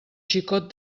xicot